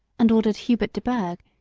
and ordered hubert de burgh,